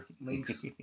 links